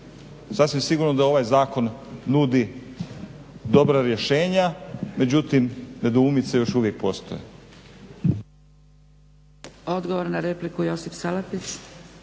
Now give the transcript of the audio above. Sasvim sigurno da ovaj zakon nudi dobra rješenja, međutim nedoumice još uvijek postoje. **Zgrebec, Dragica